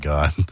God